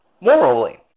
morally